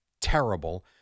terrible